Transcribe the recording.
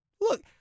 Look